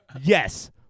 Yes